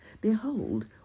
behold